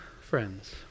Friends